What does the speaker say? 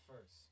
first